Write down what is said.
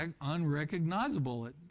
unrecognizable